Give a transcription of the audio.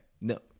No